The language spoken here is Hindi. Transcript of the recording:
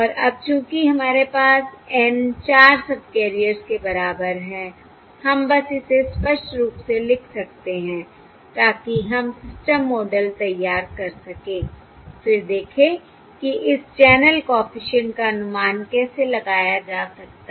और अब चूंकि हमारे पास N 4 सबकैरियर्स के बराबर है हम बस इसे स्पष्ट रूप से लिख सकते हैं ताकि हम सिस्टम मॉडल तैयार कर सकें फिर देखें कि इस चैनल कॉफिशिएंट का अनुमान कैसे लगाया जा सकता है